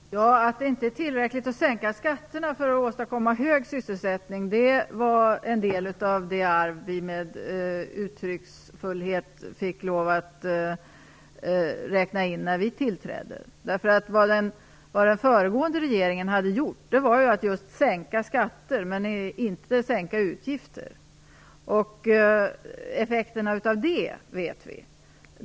Herr talman! Att det inte är tillräckligt att sänka skatterna för att åstadkomma hög sysselsättning var en del av det arv vi med uttrycksfullhet fick lov att räkna in när vi tillträdde. Vad den föregående regeringen hade gjort var att sänka skatter men inte sänka utgifter. Effekterna av det känner vi till.